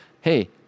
Hey